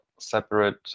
separate